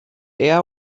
air